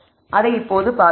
அதை இப்பொது பார்க்கலாம்